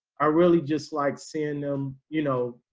i really just like seeing them, you know,